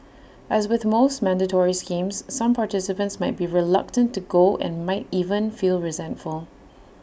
as with most mandatory schemes some participants might be reluctant to go and might even feel resentful